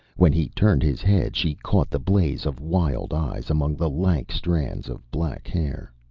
when he turned his head she caught the blaze of wild eyes among the lank strands of black hair.